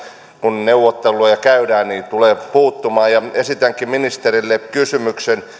kun neuvotteluja käydään tulee puuttumaan esitänkin ministerille kysymyksen